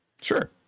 Sure